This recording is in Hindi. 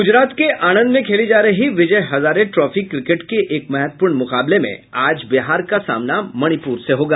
गुजरात के आणंद में खेली जा रही विजय हजारे ट्रॉफी क्रिकेट के एक महत्वपूर्ण मुकाबले में आज बिहार का सामना मणिपुर से होगा